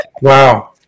Wow